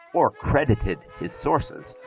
or credited his sources,